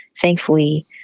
thankfully